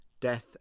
death